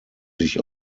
sich